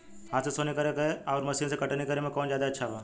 हाथ से सोहनी करे आउर मशीन से कटनी करे मे कौन जादे अच्छा बा?